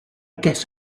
guess